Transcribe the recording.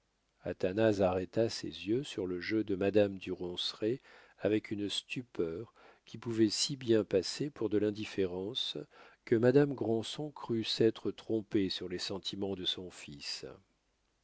athanase arrêta ses yeux sur le jeu de madame du ronceret avec une stupeur qui pouvait si bien passer pour de l'indifférence que madame granson crut s'être trompée sur les sentiments de son fils